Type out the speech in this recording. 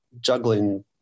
juggling